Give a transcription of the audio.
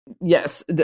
Yes